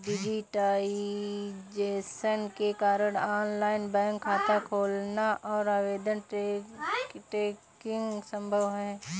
digitisation के कारण online bank खाता खोलना और आवेदन ट्रैकिंग संभव हैं